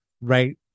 right